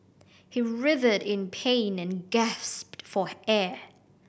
he writhed in pain and gasped for air